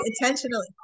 intentionally